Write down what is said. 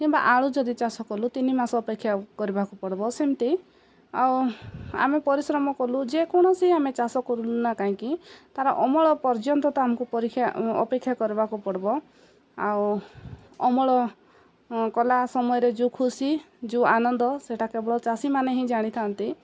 କିମ୍ବା ଆଳୁ ଯଦି ଚାଷ କଲୁ ତିନି ମାସ ଅପେକ୍ଷା କରିବାକୁ ପଡ଼ିବ ସେମିତି ଆଉ ଆମେ ପରିଶ୍ରମ କଲୁ ଯେକୌଣସି ଆମେ ଚାଷ କରୁଲୁ ନା କାହିଁକି ତା'ର ଅମଳ ପର୍ଯ୍ୟନ୍ତ ତ ଆମକୁ ପରୀକ୍ଷା ଅପେକ୍ଷା କରିବାକୁ ପଡ଼ିବ ଆଉ ଅମଳ କଲା ସମୟରେ ଯୋଉ ଖୁସି ଯେଉଁ ଆନନ୍ଦ ସେଟା କେବଳ ଚାଷୀମାନେ ହିଁ ଜାଣିଥାନ୍ତି